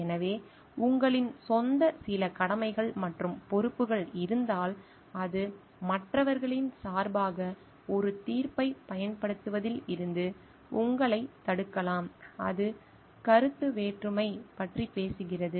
எனவே உங்களின் சொந்த சில கடமைகள் மற்றும் பொறுப்புகள் இருந்தால் அது மற்றவர்களின் சார்பாக ஒரு தீர்ப்பைப் பயன்படுத்துவதில் இருந்து உங்களைத் தடுக்கலாம் அது கருத்து வேற்றுமை பற்றி பேசுகிறது